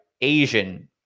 Asian